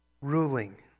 Ruling